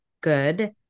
good